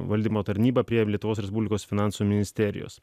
valdymo tarnyba prie lietuvos respublikos finansų ministerijos